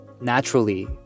naturally